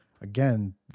again